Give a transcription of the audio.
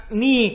ni